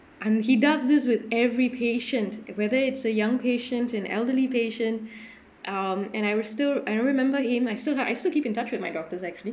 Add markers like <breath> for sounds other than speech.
and he does this with every patient whether it's a young patients an elderly patients <breath> um and I will still I will remember him I still ha~ I still keep in touch with my doctors actually